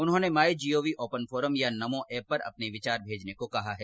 उन्होंने my gov open forum या Namo app पर अपने विचार भेजने को कहा है